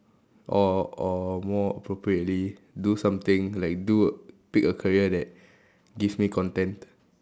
or or more appropriately do something like do pick a career that gives me content